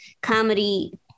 comedy